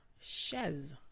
chaise